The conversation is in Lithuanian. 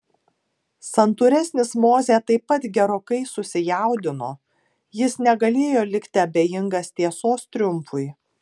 santūresnis mozė taip pat gerokai susijaudino jis negalėjo likti abejingas tiesos triumfui